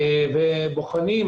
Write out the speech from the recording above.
ובוחנים,